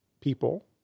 people